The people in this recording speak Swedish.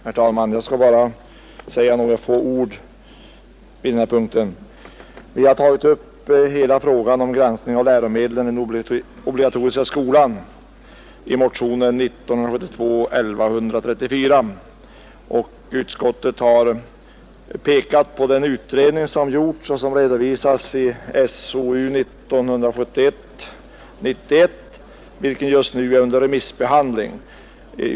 Herr talman! Jag skall bara säga några få ord vid denna punkt. I motionen 1134 har vi tagit upp hela frågan om granskning av läromedlen i den obligatoriska skolan. Utskottet har pekat på den utredning som redovisas i SOU 1971:91 och som just nu är under remissbehandling.